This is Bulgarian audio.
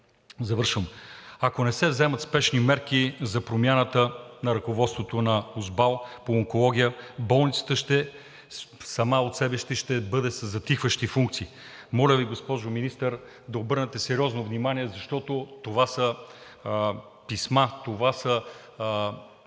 Завършвам. Ако не се вземат спешни мерки за промяната на ръководството на УСБАЛ по онкология, болницата сама по себе си ще бъде със затихващи функции. Моля Ви, госпожо Министър, да обърнете сериозно внимание, защото това са писма, това са